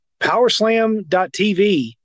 powerslam.tv